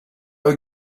were